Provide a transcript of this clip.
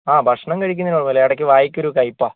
ആ ഭക്ഷണം കഴിക്കുന്നതിന് കുഴപ്പമില്ല ഇടയ്ക്ക് വായയ്ക്ക് ഒരു കയ്പ്പാ